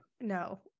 No